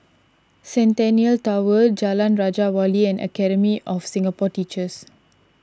Centennial Tower Jalan Raja Wali and Academy of Singapore Teachers